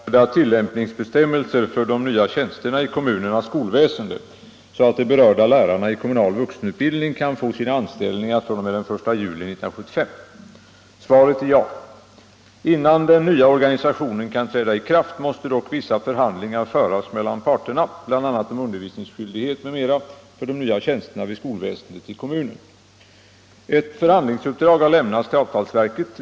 Herr talman! Fru Lantz har frågat mig om jag avser att utfärda tilllämpningsbestämmelser för de nya tjänsterna i kommunernas skolväsende så att de berörda lärarna i kommunal vuxenutbildning kan få sina anställningar fr.o.m. den 1 juli 1975. Svaret är ja. Innan den nya organisationen kan träda i kraft måste dock vissa förhandlingar föras mellan parterna, bl.a. om undervisningsskyldighet m.m. för de nya tjänsterna vid skolväsendet i kommunen. Ett förhandlingsuppdrag har lämnats till avtalsverket.